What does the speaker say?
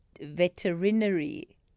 Veterinary